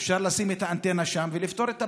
ואפשר לשים את האנטנה שם ולפתור את הבעיה.